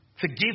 forgive